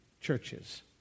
churches